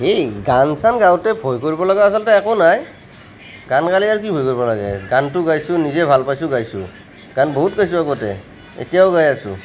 হেই গান চান গাওঁতে ভয় কৰিব লগা আচলতে একো নাই গান গালে আৰু কি ভয় কৰিব লাগে গানটো গাইছোঁ নিজে ভাল পাইছোঁ গাইছোঁ গান বহুত গাইছোঁ আগতে এতিয়াও গাই আছোঁ